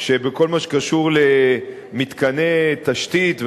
שבכל מה שקשור למתקני תשתית,